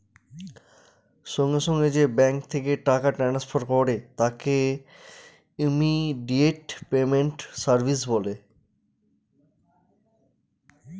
সঙ্গে সঙ্গে যে ব্যাঙ্ক থেকে টাকা ট্রান্সফার করে তাকে ইমিডিয়েট পেমেন্ট সার্ভিস বলে